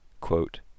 quote